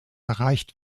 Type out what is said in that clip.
erreicht